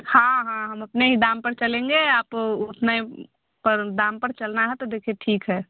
हाँ हाँ हम अपने ही दाम पर चलेंगे आप उसमें पर दाम पर चलना है तो देखिए ठीक है